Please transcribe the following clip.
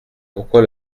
pourquoi